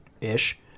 ish